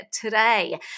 today